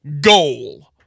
goal